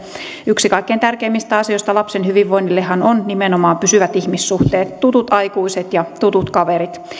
yksi kaikkein tärkeimmistä asioista lapsen hyvinvoinnillehan on nimenomaan pysyvät ihmissuhteet tutut aikuiset ja tutut kaverit